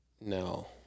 No